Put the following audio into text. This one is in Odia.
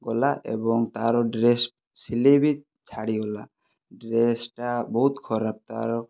ଗଲା ଏବଂ ତାର ଡ୍ରେସ ସିଲେଇ ବି ଛାଡ଼ି ଗଲା ଡ୍ରେସଟା ବହୁତ ଖରାପ ତାର